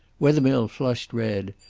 wethermill flushed red,